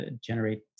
generate